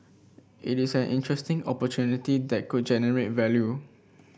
it is an interesting opportunity that could generate value